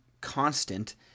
constant